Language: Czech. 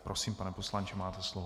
Prosím, pane poslanče, máte slovo.